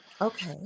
okay